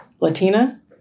Latina